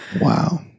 wow